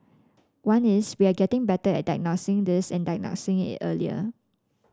one is we are getting better at diagnosing this and diagnosing it earlier